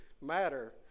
matter